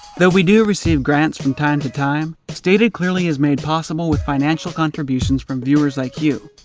though we do receive grants from time to time, stated clearly is made possible with financial contributions from viewers like you!